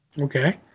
Okay